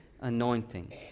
anointing